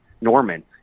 Norman